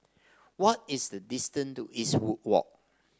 what is the distance to Eastwood Walk